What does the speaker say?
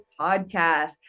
Podcast